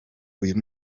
uyu